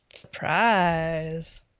Surprise